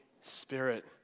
Spirit